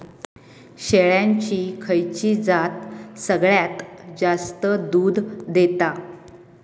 शेळ्यांची खयची जात सगळ्यात जास्त दूध देता?